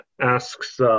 asks